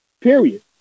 period